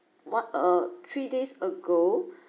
uh three days go